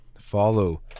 follow